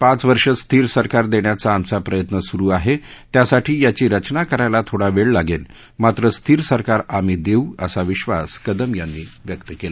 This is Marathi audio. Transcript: पाच वर्षे स्थिर सरकार देण्याचा आमचा प्रयत्न सुरू आहे त्यासाठी याची रचना करायला थोडा वेळ लागेल मात्र स्थिर सरकार आम्ही देऊ असा विश्वास कदम यांनी व्यक्त केला